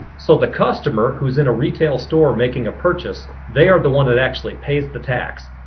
so the customer, who's in a retail store making a purchase, they are the one that actually pays the tax.